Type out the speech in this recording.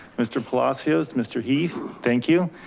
mr. palacios, mr. heath, thank you.